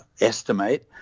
estimate